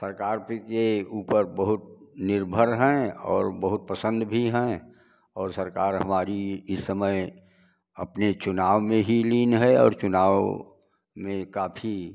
सरकार के ऊपर बहुत निर्भर हैं और बहुत पसंद भी है और सरकार हमारी इस समय अपने चुनाव में ही लीन है और चुनाव में काफी